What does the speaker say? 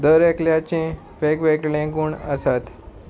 दर एकल्याचें वेगवेगळे गूण आसात